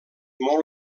molt